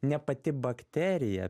ne pati bakterija